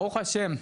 ברוך השם,